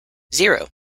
zero